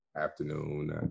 afternoon